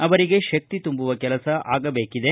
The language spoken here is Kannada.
ಅವರಿಗೆ ಶಕ್ತಿ ತುಂಬುವ ಕೆಲಸ ಆಗಜೇಕದೆ